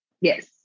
Yes